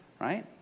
right